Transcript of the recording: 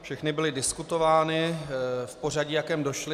Všechny byly diskutovány v pořadí, v jakém došly.